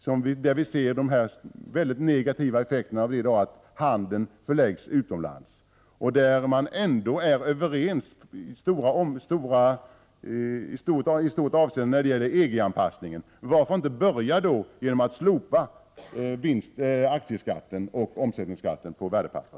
Vi kan nu se den väldigt negativa effekten att aktiehandeln förläggs utomlands. Man är ändå i stora delar överens när det gäller EG-anpassningen. Varför då inte börja med att slopa aktieskatten och omsättningsskatten på värdepapper?